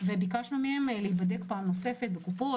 וביקשנו מהם להיבדק פעם נוספת בקופות